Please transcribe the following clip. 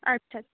আচ্ছা